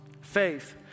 Faith